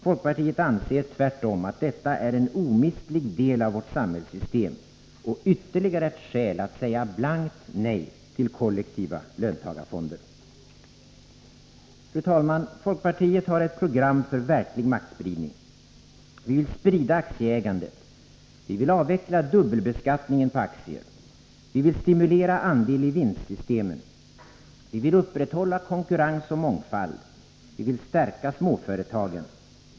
Folkpartiet anser tvärtom att detta är en omistlig del av vårt samhällssystem och ytterligare ett skäl att säga blankt nej till kollektiva löntagarfonder. Fru talman! Folkpartiet har ett program för verklig maktspridning: Vi vill sprida aktieägandet. Vi vill avveckla dubbelbeskattningen på aktier. Vi vill stimulera andel-i-vinstsystemen. Vi vill upprätthålla konkurrens och mångfald. Vi vill stärka småföretagen.